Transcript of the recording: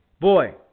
Boy